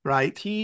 Right